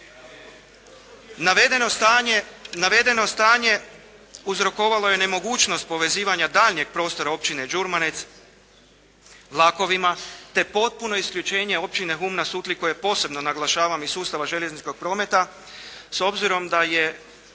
Navedeno stanje uzrokovalo je nemogućnost povezivanja daljnjeg prostora općine Đurmanec vlakovima te potpuno isključenje općine Hum na Sutli koja je posebno naglašavam iz sustava željezničkog prometa s obzirom da je